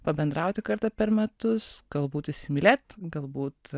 pabendrauti kartą per metus galbūt įsimylėt galbūt